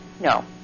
No